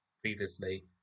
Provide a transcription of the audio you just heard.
previously